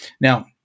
Now